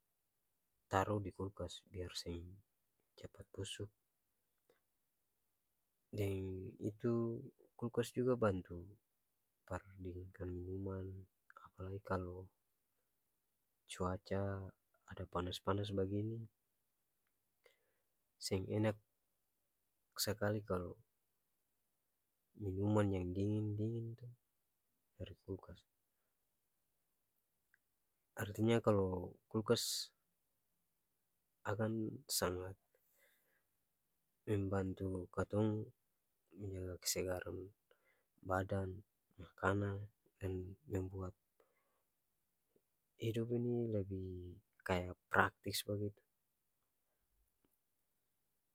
Taro di kulkas biar seng capat busu deng itu kulkas juga bantu par dinginkan minuman apalai kalo cuaca ada panas-panas bagini seng enak sakali kalo minuman yang dingin-dingin tu dari kulkas artinya kalo kulkas akan sangat membantu katong menjaga kesegaran badan, makanang, dan membuat idup ini lebi kaya praktis bagitu.